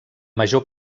major